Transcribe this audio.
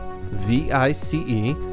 V-I-C-E